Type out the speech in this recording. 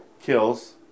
Kills